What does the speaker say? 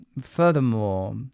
furthermore